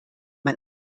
man